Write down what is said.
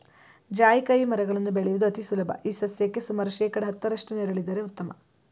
ಜಾಯಿಕಾಯಿ ಮರಗಳನ್ನು ಬೆಳೆಯುವುದು ಅತಿ ಸುಲಭ ಈ ಸಸ್ಯಕ್ಕೆ ಸುಮಾರು ಶೇಕಡಾ ಹತ್ತರಷ್ಟು ನೆರಳಿದ್ದರೆ ಉತ್ತಮ